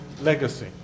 legacy